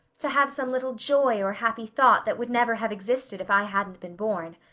to have some little joy or happy thought that would never have existed if i hadn't been born.